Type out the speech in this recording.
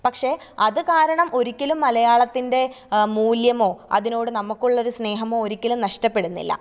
പക്ഷെ അതുകാരണം ഒരിക്കലും മലയാളത്തിന്റെ മൂല്യമോ അതിനോട് നമുക്കുള്ളൊരു സ്നേഹമോ ഒരിക്കലും നഷ്ടപ്പെടുന്നില്ല